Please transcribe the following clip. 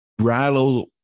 rattle